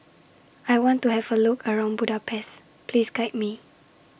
I want to Have A Look around Budapest Please Guide Me